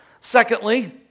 Secondly